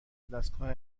ودستگاه